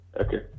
Okay